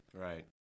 Right